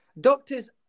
Doctors